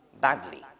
badly